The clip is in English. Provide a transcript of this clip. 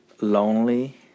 lonely